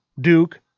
Duke